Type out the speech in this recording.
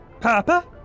Papa